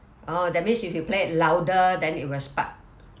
orh that means if you play it louder than it will spark